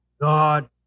God